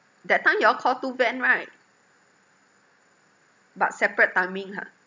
that time you all call two van right but separate timing ha